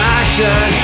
action